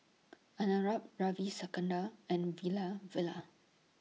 Arnab Ravi Shankar and